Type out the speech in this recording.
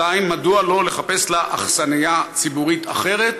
2. מדוע לא לחפש לה אכסניה ציבורית אחרת